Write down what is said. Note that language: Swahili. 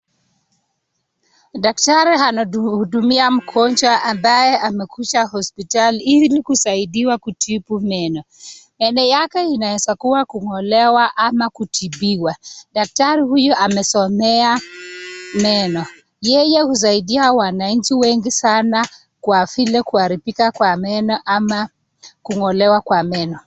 Daktari anahudumia mgonjwa ambaye amekuja hospitali ili kusaidiwa kutibu meno. Meno yake inaweza kuwa kung'olewa ama kutibiwa. Daktari huyu amesomea meno. Yeye husaidia wananchi wengi sana kwa vile kuharibika kwa meno ama kung'olewa kwa meno.